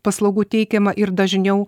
paslaugų teikiama ir dažniau